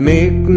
Make